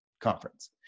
conference